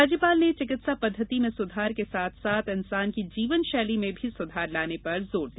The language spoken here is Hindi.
राज्यपाल ने चिकित्सा पद्धति में सुधार के साथ साथ इंसान की जीवन शैली में भी सुधार लाने पर जोर दिया